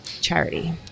charity